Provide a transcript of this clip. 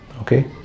Okay